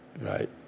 Right